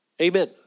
Amen